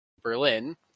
berlin